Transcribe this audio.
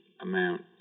amount